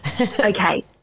Okay